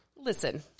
Listen